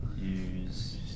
use